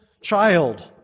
child